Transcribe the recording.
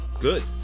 good